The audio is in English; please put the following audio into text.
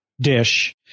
dish